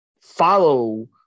follow